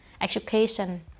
education